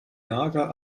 nager